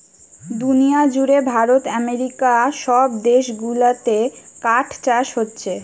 দুনিয়া জুড়ে ভারত আমেরিকা সব দেশ গুলাতে কাঠ চাষ হোচ্ছে